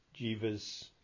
Jiva's